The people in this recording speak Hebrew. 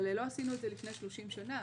אבל לא עשינו את זה לפני 30 שנה.